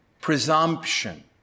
presumption